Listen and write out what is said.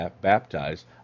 baptized